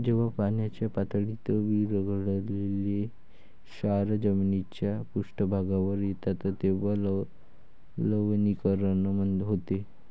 जेव्हा पाण्याच्या पातळीत विरघळलेले क्षार जमिनीच्या पृष्ठभागावर येतात तेव्हा लवणीकरण होते